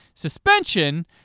Suspension